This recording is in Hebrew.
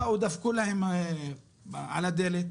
באו ודפקו להם על הדלת,